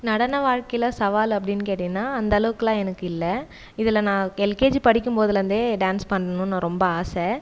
நடன வாழ்க்கையில் சவால் அப்படினு கேட்டீங்கன்னா அந்த அளவுக்கெலாம் எனக்கு இல்லை இதில் நான் எல்கேஜி படிக்கும் போதுலேருந்தே டான்ஸ் பண்ணணும்னு ரொம்ப ஆசை